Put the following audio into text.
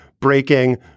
breaking